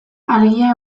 argia